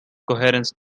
coherence